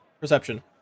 perception